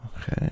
Okay